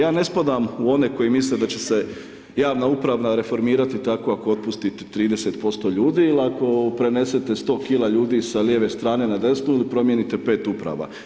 Ja ne spadam u one koji misle da će javna uprava reformirati tako ako otpustite 30% ljudi ili ako prenesete 100 kg ljudi sa lijeve strane na desnu ili promijenite 5 uprava.